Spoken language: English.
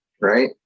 right